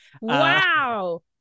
Wow